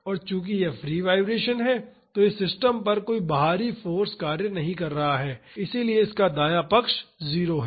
और चूंकि यह फ्री वाइब्रेशन है तो इस सिस्टम पर कोई बाहरी फाॅर्स कार्य नहीं कर रहा है इसलिए इसका दायां पक्ष 0 है